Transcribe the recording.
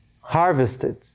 harvested